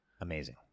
amazing